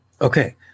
Okay